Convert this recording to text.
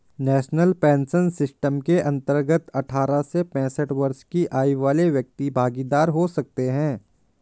national pension system के अंतर्गत अठारह से पैंसठ वर्ष की आयु वाले व्यक्ति भागीदार हो सकते हैं